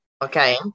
Okay